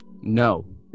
no